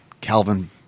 Calvin